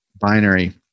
binary